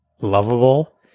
lovable